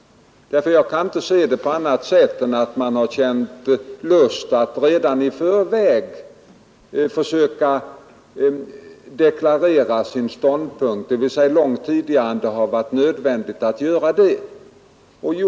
Jag kan inte se det på annat sätt än att man känt lust att redan i förväg, dvs. långt innan det var nödvändigt, deklarera sin ståndpunkt.